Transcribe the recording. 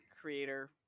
creator